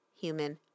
human